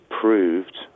proved